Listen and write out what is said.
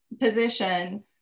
position